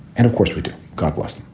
and of course, we do. god bless them.